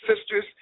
Sisters